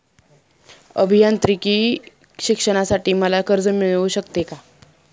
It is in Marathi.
अभियांत्रिकी शिक्षणासाठी मला कर्ज मिळू शकते का?